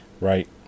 Right